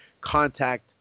Contact